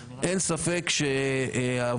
אין ספק שהעבודה,